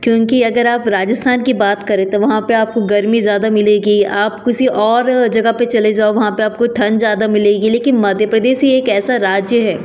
क्योंकि अगर आप राजस्थान की बात करें तो वहाँ पे आपको गर्मी ज़्यादा मिलेगी आप किसी और जगह पे चले जाओ वहाँ पे आपको ठंड ज़्यादा मिलेगी लेकिन मध्य प्रदेश ही एक ऐसा राज्य है